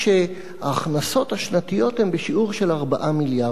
שההכנסות השנתיות הן בשיעור של 4 מיליארד שקל.